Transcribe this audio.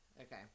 Okay